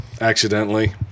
accidentally